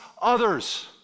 others